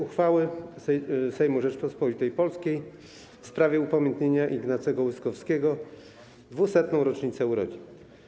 Uchwała Sejmu Rzeczypospolitej Polskiej w sprawie upamiętnienia Ignacego Łyskowskiego w 200. rocznicę urodzin.